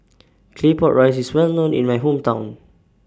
Claypot Rice IS Well known in My Hometown